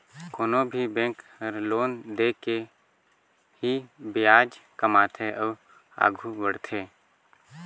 कोनो भी बेंक हर लोन दे के ही बियाज कमाथे अउ आघु बड़थे